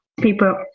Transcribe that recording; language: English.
people